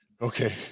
Okay